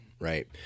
right